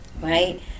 right